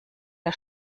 der